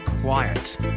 quiet